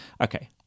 Okay